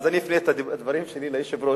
אז אני אפנה את הדברים שלי ליושב-ראש,